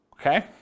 Okay